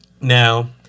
now